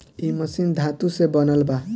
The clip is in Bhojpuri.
इ मशीन धातु से बनल बा